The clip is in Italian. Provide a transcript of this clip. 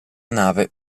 nave